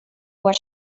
what